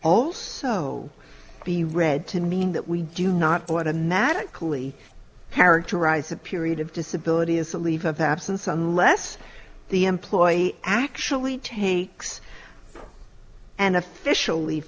also be read to mean that we do not automatically characterize a period of disability as a leave of absence unless the employee actually takes an official leave